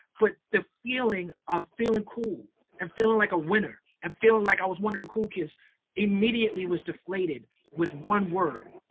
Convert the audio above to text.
but the feeling of feeling cool and feeling like a winner and feeling like i was one of the cool kids immediately was deflated with one word.